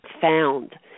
found